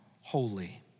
holy